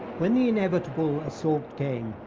when the inevitable assault came,